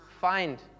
find